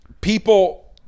people